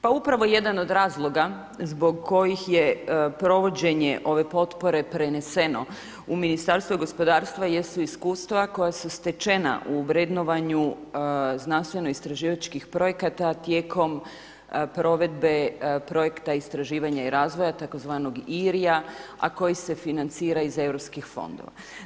Pa upravo jedan od razloga zbog kojih je provođenje ove potpore preneseno u Ministarstvo gospodarstva jesu iskustva koja su stečena u vrednovanju znanstveno-istraživačkih projekta tijekom provedbe projekta istraživanja i razvoja tzv. IRI-a, a koji se financira iz europskih fondova.